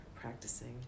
practicing